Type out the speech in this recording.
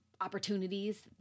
opportunities